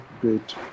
great